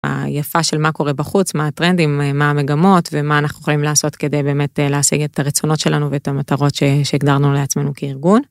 היפה של מה קורה בחוץ מה הטרנדים מה המגמות ומה אנחנו יכולים לעשות כדי באמת להשיג את הרצונות שלנו ואת המטרות שהגדרנו לעצמנו כארגון.